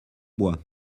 bois